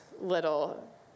little